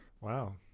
Wow